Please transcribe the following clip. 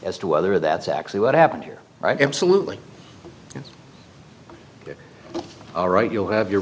as to whether that's actually what happened here right absolutely all right you'll have your